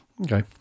Okay